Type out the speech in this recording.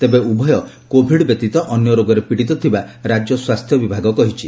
ତେବେ ଉଭୟ କୋଭିଡ୍ ବ୍ୟତୀତ ଅନ୍ୟ ରୋଗରେ ପୀଡ଼ିତ ଥିବା ରାଜ୍ୟ ସ୍ୱାସ୍ଥ୍ୟ ବିଭାଗ କହିଛି